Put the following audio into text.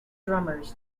drummers